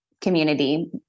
community